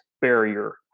barrier